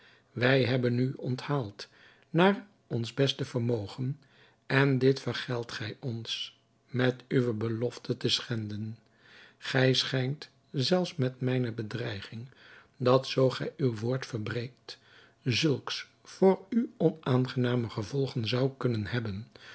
wij hebben u onthaald naar ons beste vermogen en dit vergeldt gij ons met uwe belofte te schenden gij schijnt zelfs met mijne bedreiging dat zoo gij uw woord verbreekt zulks voor u onaangename gevolgen zou kunnen hebben